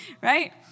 Right